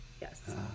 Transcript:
Yes